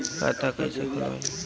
खाता कईसे खोलबाइ?